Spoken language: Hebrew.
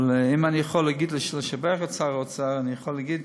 אבל אם אני יכול לשבח את שר האוצר, אני יכול להגיד